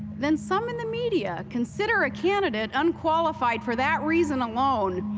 then some in the media consider a candidate unqualified for that reason alone,